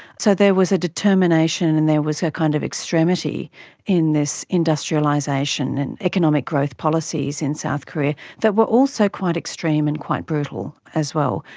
so there was a determination and there was a kind of extremity in this industrialisation and economic growth policies in south korea that were also quite extreme and quite brutal as well,